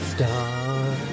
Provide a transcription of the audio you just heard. Star